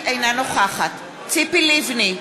אינה נוכחת ציפי לבני,